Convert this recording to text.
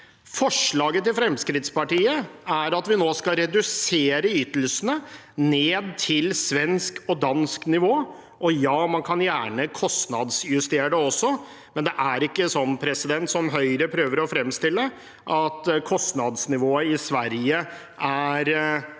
Forslaget fra Fremskrittspartiet er at vi nå skal redusere ytelsene ned til svensk og dansk nivå. Man kan gjerne kostnadsjustere det også, men det er ikke slik som Høyre prøver å fremstille det, at kostnadsnivået i Norge er to til